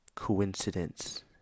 coincidence